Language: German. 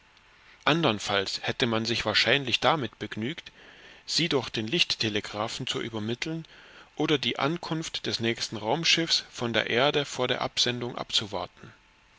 andernfalls hätte man sich wahrscheinlich damit begnügt sie durch den lichttelegraphen zu übermitteln oder die ankunft des nächsten raumschiffs von der erde vor der absendung abzuwarten